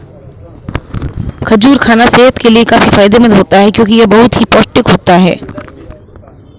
खजूर खाना सेहत के लिए काफी फायदेमंद होता है क्योंकि यह बहुत ही पौष्टिक होता है